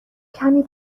کمی